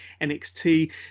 NXT